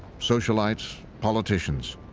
socialites, politicians.